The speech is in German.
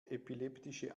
epileptische